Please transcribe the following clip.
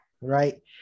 right